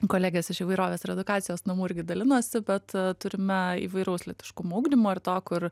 kolegės iš įvairovės ir edukacijos namų irgi dalinosi bet turime įvairaus lytiškumo ugdymo ir to kur